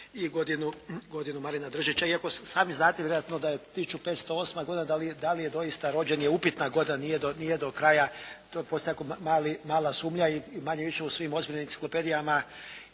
i godinu "Marina Držića". Iako sami znate vjerojatno da je 1508. godina da li je doista rođen je upitna godina, nije do kraja, postoji jako mala sumnja i manje-više u svim ozbiljnim enciklopedijama